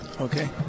okay